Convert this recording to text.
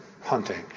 hunting